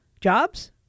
jobs